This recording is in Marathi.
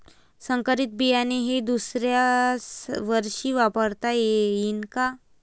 संकरीत बियाणे हे दुसऱ्यावर्षी वापरता येईन का?